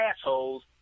assholes